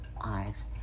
eyes